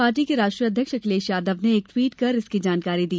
party के राष्ट्रीय अध्यक्ष अखिलेश यादव ने एक टवीट कर इसकी जानकारी दी